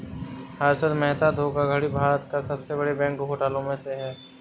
हर्षद मेहता धोखाधड़ी भारत के सबसे बड़े बैंक घोटालों में से है